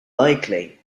likely